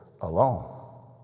alone